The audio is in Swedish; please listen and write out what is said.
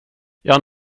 jag